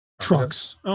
trucks